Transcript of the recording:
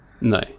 No